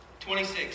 26